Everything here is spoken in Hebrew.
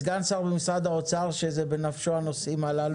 סגן שר במשרד האוצר שזה בנפשו הנושאים הללו.